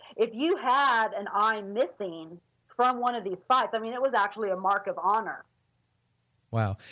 if you had an eye missing from one of these fights, i mean that was actually a mark of honor wow!